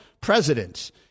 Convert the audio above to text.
presidents